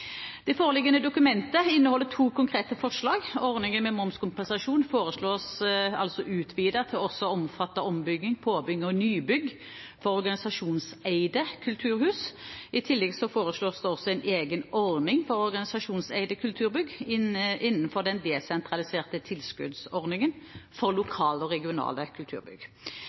Det foreliggende dokumentet inneholder to konkrete forslag. Ordningen med momskompensasjon foreslås altså utvidet til også å omfatte ombygging, påbygg og nybygg for organisasjonseide kulturhus. I tillegg foreslås det en egen ordning for organisasjonseide kulturbygg innenfor den desentraliserte tilskuddsordningen for lokale og regionale kulturbygg.